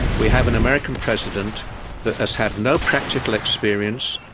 we have an american president that has had no practical experience,